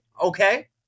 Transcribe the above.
Okay